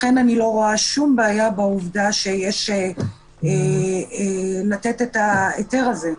לכן אני לא רואה שום בעיה בעובדה שיש לתת את ההיתר הזה.